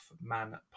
man